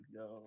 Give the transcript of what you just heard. go